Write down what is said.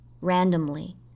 randomly